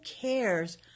cares